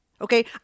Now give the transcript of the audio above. Okay